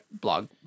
blog